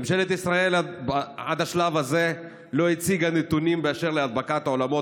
ממשלת ישראל עד שלב זה לא הציגה נתונים באשר להדבקה באולמות